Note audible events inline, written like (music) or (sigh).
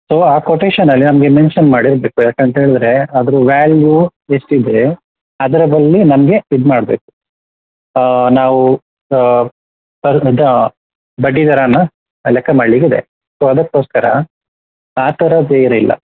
so ಆ ಕೊಟೇಷನಲ್ಲಿ ನಮಗೆ ಮೆನ್ಷನ್ ಮಾಡಿರಬೇಕು ಯಾಕೆ ಅಂತ ಹೇಳಿದರೆ ಅದ್ರ ವ್ಯಾಲ್ಯೂ ಎಷ್ಟಿದೆ ಅದರ ಬದ್ಲು ನಮಗೆ ಇದು ಮಾಡಬೇಕು ನಾವು (unintelligible) ಬಡ್ಡಿದರಾನ ಲೆಕ್ಕ ಮಾಡಲಿಕ್ಕಿದೆ ಸೊ ಅದಕ್ಕೋಸ್ಕರ ಆ ಥರ ಬೇರೆ ಇಲ್ಲ